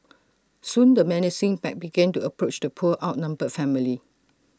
soon the menacing pack began to approach the poor outnumbered family